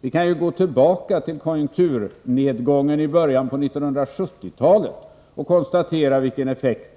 Vi kan ju gå tillbaka till konjunkturnedgången i början av 1970-talet och konstatera vilken effekt